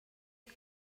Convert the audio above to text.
pwy